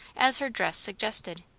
as her dress suggested.